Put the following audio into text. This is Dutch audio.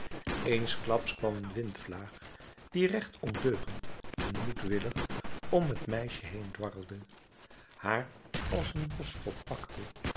eensklaps kwam een windvlaag die recht ondeugend en moedwillig om het meisje heen dwarlde haar als een boschgod pakte